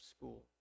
school